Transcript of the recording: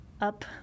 up